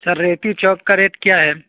سر ریکی چوک کا ریٹ کیا ہے